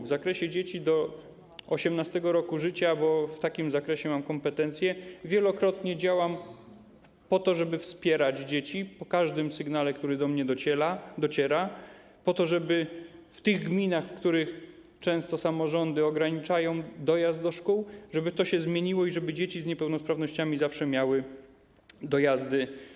W zakresie dzieci do 18. roku życia, bo w takim zakresie mam kompetencje, wielokrotnie działam po to, żeby wspierać dzieci po każdym sygnale, który do mnie dociera, po to, żeby w tych gminach, w których często samorządy ograniczają dojazd do szkół, to się zmieniło i żeby dzieci z niepełnosprawnościami zawsze miały te dojazdy.